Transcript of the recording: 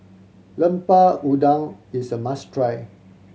Lemper Udang is a must try